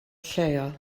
lleol